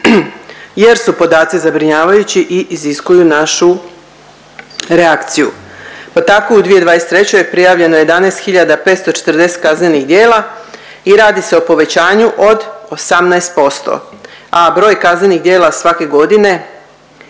jer su podaci zabrinjavajući i iziskuju našu reakciju. Pa tako u 2023. je prijavljeno 11.540 kaznenih djela i radi se o povećanju od 18%, a broj kaznenih djela svake godine,